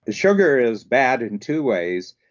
ah sugar is bad in two ways.